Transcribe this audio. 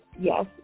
Yes